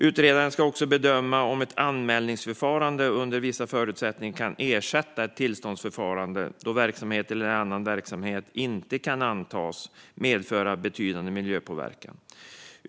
Utredaren ska också bedöma om ett anmälningsförfarande under vissa förutsättningar kan ersätta tillståndsförfarandet då en verksamhet eller ändring i verksamhet inte kan antas medföra betydande miljöpåverkan.